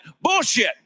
Bullshit